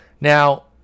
now